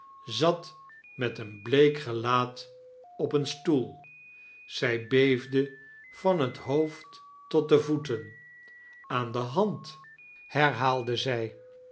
zat met een bleek gelaat op een stoel zij beede van het hoofd tot de voetem aan de hand herhaalde zij